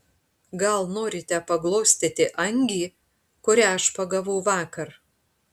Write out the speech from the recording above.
gal norite paglostyti angį kurią aš pagavau vakar